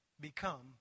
become